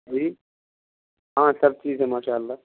جی ہاں سب چیز ہے ماشاء اللہ